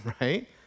right